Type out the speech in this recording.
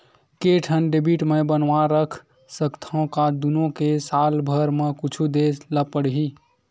के ठन डेबिट मैं बनवा रख सकथव? का दुनो के साल भर मा कुछ दे ला पड़ही?